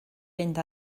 fynd